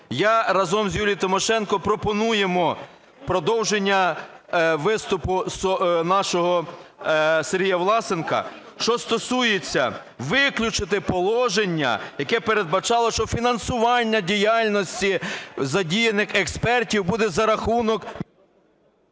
я разом з Юлією Тимошенко пропонуємо в продовження виступу нашого Сергія Власенка, що стосується виключити положення, яке передбачало, що фінансування діяльності задіяних експертів буде за рахунок...